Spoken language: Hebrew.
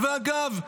ואגב,